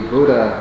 Buddha